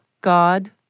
God